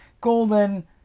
Golden